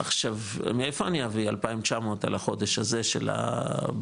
עכשיו מאיפה אני אביא 2,900על החודש הזה שבטווח,